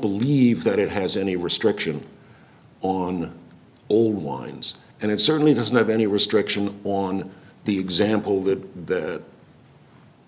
believe that it has any restriction on all wines and it certainly doesn't have any restriction on the example that